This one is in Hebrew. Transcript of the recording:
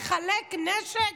לחלק נשק?